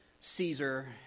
Caesar